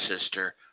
sister